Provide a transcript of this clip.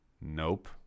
Nope